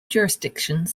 jurisdictions